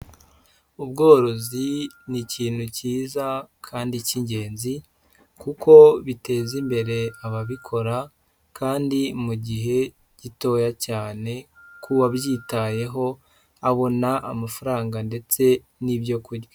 Ubworozi ni ikintu cyiza kandi cy'ingenzi kuko biteza imbere ababikora kandi mu gihe gitoya cyane ku wabyitayeho, abona amafaranga ndetse n'ibyo kurya.